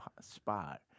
spot